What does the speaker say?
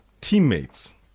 teammates